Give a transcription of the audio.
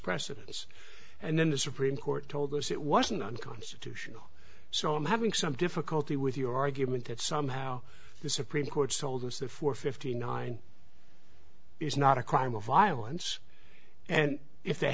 precedents and then the supreme court told us it wasn't unconstitutional so i'm having some difficulty with your argument that somehow the supreme court's told us that for fifty nine is not a crime of violence and if they